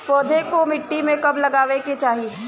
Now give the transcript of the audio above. पौधे को मिट्टी में कब लगावे के चाही?